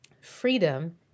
Freedom